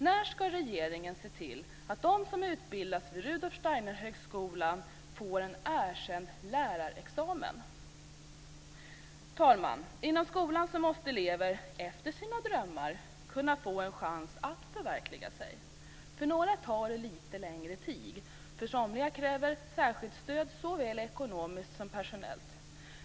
När ska regeringen se till att de som utbildas vid Rudolf Steinerhögskolan får en erkänd lärarexamen? Herr talman! Inom skolan måste elever, efter sina drömmar, kunna få en chans att förverkliga sig. För några tar det lite längre tid. Somliga kräver ju särskilt stöd såväl ekonomiskt som personellt.